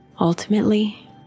Ultimately